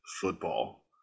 football